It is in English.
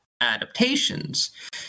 adaptations